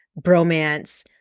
bromance